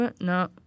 no